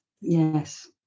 Yes